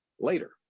later